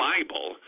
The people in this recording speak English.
Bible